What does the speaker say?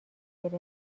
گرفت